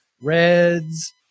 Reds